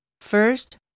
First